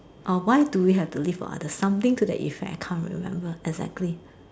or why do we have to live for others something to that in fact I can't remember exactly